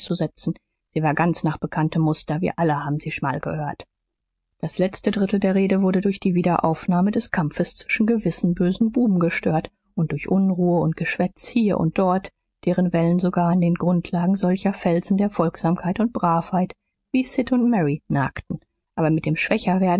sie war ganz nach bekanntem muster wir alle haben sie mal gehört das letzte drittel der rede wurde durch die wiederaufnahme des kampfes zwischen gewissen bösen buben gestört und durch unruhe und geschwätz hier und dort deren wellen sogar an den grundlagen solcher felsen der folgsamkeit und bravheit wie sid und mary nagten aber mit dem